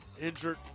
Injured